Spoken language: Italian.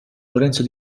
lorenzo